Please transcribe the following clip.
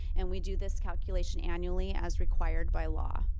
and we do this calculation annually as required by law.